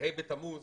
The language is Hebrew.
ה' בתמוז